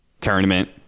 tournament